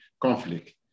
conflict